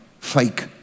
fake